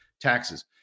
taxes